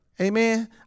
Amen